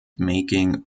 making